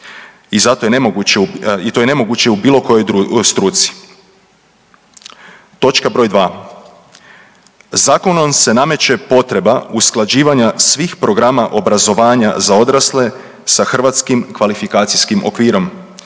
i to je nemoguće u bilo kojoj struci. Točka br. 2. zakonom se nameće potreba usklađivanja svih programa obrazovanja za odrasle sa Hrvatskim kvalifikacijskim okvirom